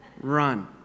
run